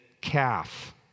calf